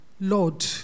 Lord